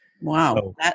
Wow